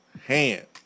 hand